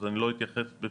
אז אני לא אתייחס בפירוט,